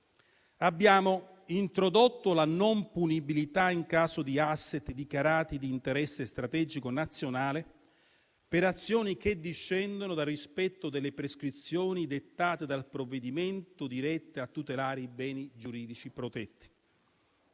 abbiamo introdotto la non punibilità in caso di *asset* dichiarati di interesse strategico nazionale per azioni che discendono dal rispetto delle prescrizioni dettate dal provvedimento, dirette a tutelare i beni giuridici protetti.